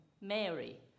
Mary